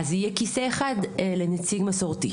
יהיה כסא אחד לנציג מסורתי.